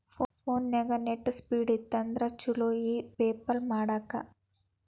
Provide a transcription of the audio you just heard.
ಫೋನ್ಯಾಗ net speed ಇತ್ತಂದ್ರ ಚುಲೊ ಇ ಪೆಪಲ್ ಮಾಡಾಕ